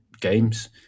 games